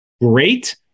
great